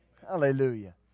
Hallelujah